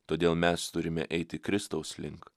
todėl mes turime eiti kristaus link